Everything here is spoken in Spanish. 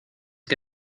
que